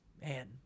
Man